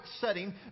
setting